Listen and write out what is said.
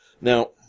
Now